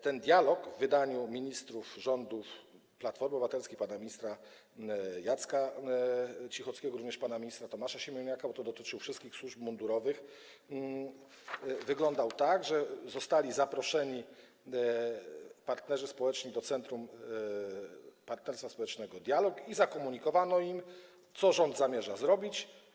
Ten dialog w wydaniu ministrów rządu Platformy Obywatelskiej, pana ministra Jacka Cichockiego, pana ministra Tomasza Siemoniaka, bo dotyczyło to wszystkich służb mundurowych, wyglądał tak, że zostali zaproszeni partnerzy społeczni do Centrum Partnerstwa Społecznego „Dialog” i zakomunikowano im, co rząd zamierza zrobić.